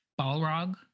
balrog